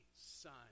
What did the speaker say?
son